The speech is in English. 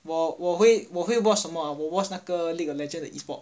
我我会我会 watch 什么 ah 我会 watch 那个那个 League of Legend 的 e-sport